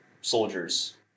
soldiers